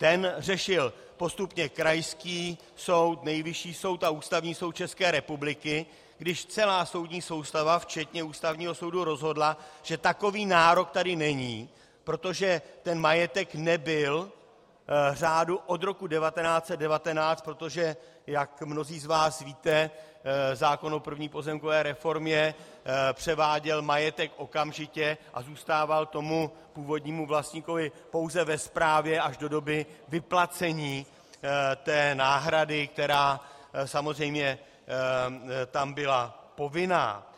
Ten řešil postupně krajský soud, Nejvyšší soud a Ústavní soud České republiky, když celá soudní soustava včetně Ústavního soudu rozhodla, že takový nárok tady není, protože ten majetek nebyl řádu od roku 1919, protože jak mnozí z vás víte, zákon o první pozemkové reformě převáděl majetek okamžitě a zůstával tomu původnímu vlastníkovi pouze ve správě až do doby vyplacení té náhrady, která samozřejmě tam byla povinná.